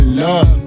love